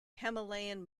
himalayan